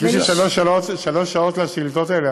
חיכיתי שלוש שעות לשאילתות האלה,